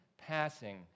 passing